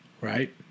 Right